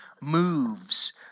moves